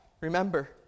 Remember